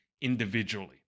individually